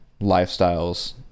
lifestyles